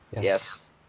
Yes